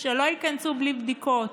שלא ייכנסו בלי בדיקות.